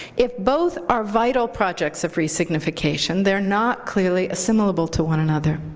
if both are vital projects of resignification, they're not clearly assimilable to one another.